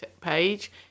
page